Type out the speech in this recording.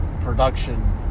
production